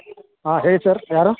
ಹಾಂ ಹೇಳಿ ಸರ್ ಯಾರು